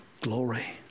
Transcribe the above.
glory